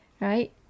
right